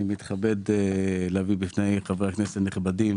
אני מתכבד להביא בפני חברי הכנסת הנכבדים